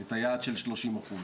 את היעד של שלושים אחוז.